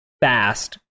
fast